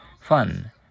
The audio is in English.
Fun